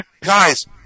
guys